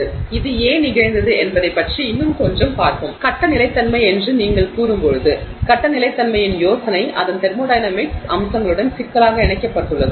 எனவே இது ஏன் நிகழ்ந்தது என்பதைப் பற்றி இன்னும் கொஞ்சம் பார்ப்போம் கட்ட நிலைத்தன்மை என்று நீங்கள் கூறும்போது கட்ட நிலைத்தன்மையின் யோசனை அதன் தெர்மோடையனமிக்ஸ் அம்சங்களுடன் சிக்கலாக இணைக்கப்பட்டுள்ளது